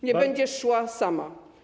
Nie będziesz szła sama.